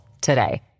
today